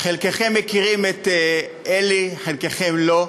חלקכם מכירים את אלי, חלקכם לא.